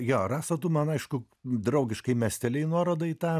jo rasa tu man aišku draugiškai mestelėjai nuorodą į tą